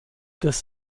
des